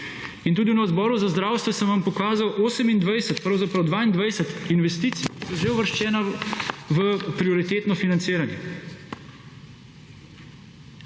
In tudi na Odboru za zdravstvo sem vam pokazal 28, pravzaprav 22 investicij, ki so že uvrščena v prioritetno financiranje,